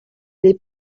les